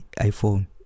iPhone